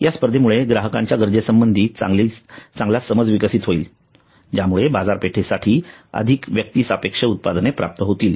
या स्पर्धेमुळे ग्राहकांच्या गरजे संबधी चांगली समज विकसित होईल ज्यामुळे बाजारपेठेसाठी अधिक व्यक्तिसापेक्ष उत्पादने प्राप्त होतील